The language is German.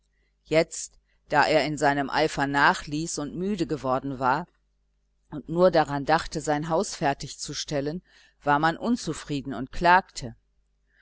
jetzt da er in seinem eifer nachließ und müde geworden war und nur daran dachte sein haus fertigzustellen war man unzufrieden und klagte